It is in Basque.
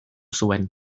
zuen